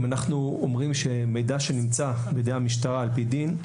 אם אנחנו אומרים שמידע שנמצא בידי המשטרה על פי דין,